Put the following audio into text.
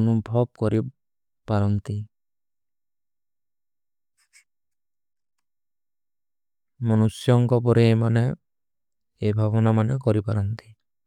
ଅନୁଭଵ। କରୀ ପରଂତୀ। ମନୁସ୍ଯାଂ କୋ ବଡେ ମନେ ଏବାଵନା ମନେ କରୀ ପରଂତୀ।